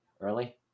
early